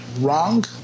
wrong